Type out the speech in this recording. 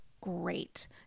great